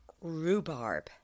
rhubarb